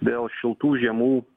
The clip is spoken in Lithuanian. dėl šiltų žiemų